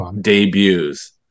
debuts